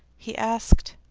he asked.